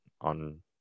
on